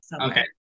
Okay